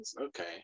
Okay